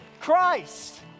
Christ